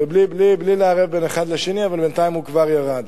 בלי לערב אחד עם השני, אבל בינתיים הוא כבר ירד.